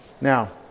Now